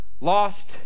lost